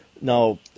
Now